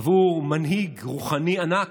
עבור מנהיג רוחני ענק?